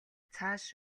цааш